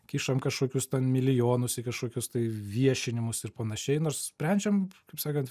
kišam kažkokius ten milijonus į kažkokius tai viešinimus ir panašiai nors sprendžiam kaip sakant